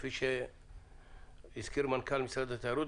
כפי שהזכיר מנכ"ל משרד התיירות,